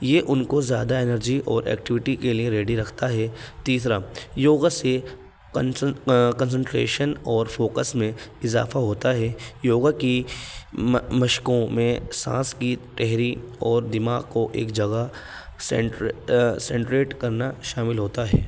یہ ان کو زیادہ انرجی اور ایکٹیویٹی کے لیے ریڈی رکھتا ہے تیسرا یوگا سے کنسنٹریشن اور فوکس میں اضافہ ہوتا ہے یوگا کی مشقوں میں سانس کی ٹھہری اور دماغ کو ایک جگہ سنٹریٹ کرنا شامل ہوتا ہے